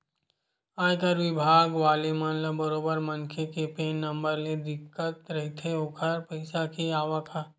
आयकर बिभाग वाले मन ल बरोबर मनखे के पेन नंबर ले दिखत रहिथे ओखर पइसा के आवक ह